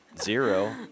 Zero